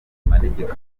manegeka